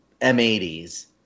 M80s